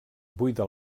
buida